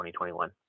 2021